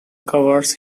covers